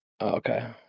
Okay